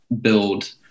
build